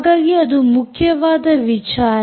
ಹಾಗಾಗಿ ಅದು ಮುಖ್ಯವಾದ ವಿಚಾರ